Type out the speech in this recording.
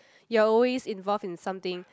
you are always involved in something